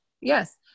Yes